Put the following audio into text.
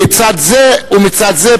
מצד זה ומצד זה,